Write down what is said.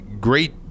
Great